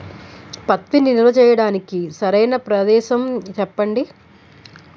పత్తి నిల్వ చేయటానికి సరైన ప్రదేశం చెప్పండి?